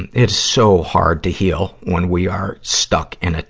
and it's so hard to heal when we are stuck in a,